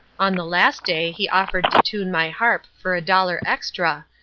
on the last day he offered to tune my harp for a dollar extra,